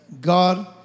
God